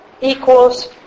equals